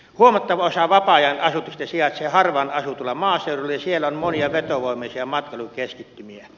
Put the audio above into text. huomattava osa vapaa ajan asutusta sijaitsee harvaan asutulla maaseudulla ja siellä on monia vetovoimaisia matkailukeskittymiä